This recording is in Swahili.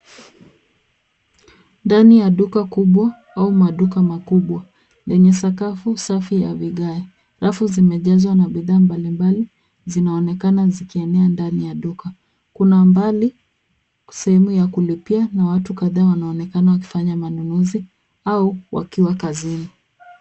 Ndani ya duka kubwa au maduka makubwa lenye sakafu safi ya vigae. Rafu zimejazwa na bidhaa mbalimbali zinaonekana zikienea ndani ya duka. Kuna mbali sehemu ya kulipia na watu kadhaa wanaonekana wakifanya manunuzi au wakiwa kazini.